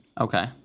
Okay